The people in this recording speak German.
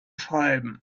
schreiben